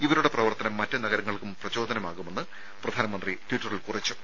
ഇവരുടെ പ്രവർത്തനം മറ്റ് നഗരങ്ങൾക്കും പ്രചോദനമാകുമെന്ന് പ്രധാനമന്ത്രി ട്വിറ്ററിൽ കുറിച്ചു